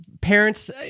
parents